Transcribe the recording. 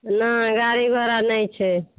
नहि गाड़ी घोड़ा नहि छै